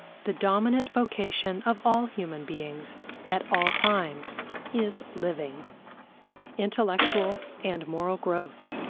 the dominant vocation of all human beings at all times is living intellectual and moral growth.